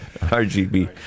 RGB